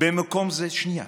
שנייה,